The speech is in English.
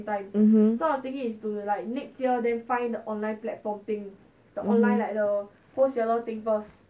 mmhmm